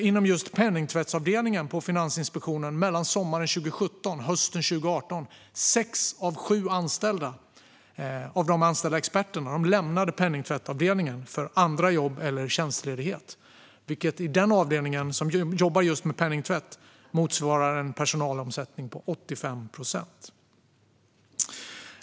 Inom just penningtvättsavdelningen på Finansinspektionen lämnade mellan sommaren 2017 och hösten 2018 sex av de sju anställda experterna avdelningen för andra jobb eller tjänstledighet. På den avdelningen, som alltså jobbar just med penningtvätt, motsvarar det en personalomsättning på 85 procent.